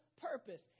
purpose